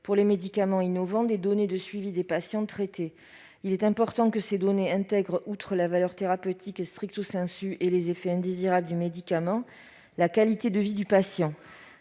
aux médicaments innovants, des données de suivi des patients traités. Il est important que ces données intègrent, outre la valeur thérapeutique et les effets indésirables du médicament, le critère de la qualité de vie du patient.